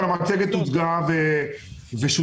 המצגת הוצגה ושודרה,